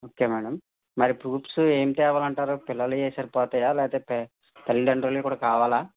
okay madam మరి proofs ఏం తేవాలి అంటారు పిల్లలవె సరిపోతాయా లేదా తల్లిదండ్రులవి కూడా కావాలా